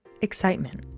Excitement